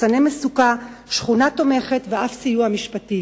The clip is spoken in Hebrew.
לחצני מצוקה, שכונה תומכת ואף סיוע משפטי.